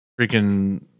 freaking